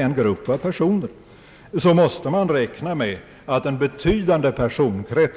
en grupp personer, måste man räkna med att en vid krets personer